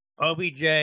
OBJ